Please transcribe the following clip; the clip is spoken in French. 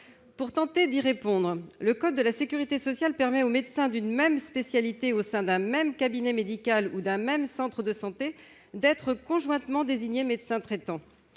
Pour tenter de répondre au problème, le code de la sécurité sociale permet aux médecins d'une même spécialité au sein d'un même cabinet médical ou d'un même centre de santé d'être conjointement désignés médecins traitants.